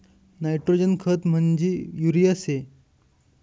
nitrogen खत म्हंजी urea शे